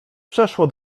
przeszło